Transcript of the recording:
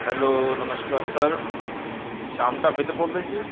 hello ਨਮਸਕਾਰ sir Sham ਢਾਬੇ ਤੋਂ ਬੋਲਦੇ ਜੀ